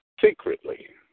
Secretly